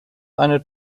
eine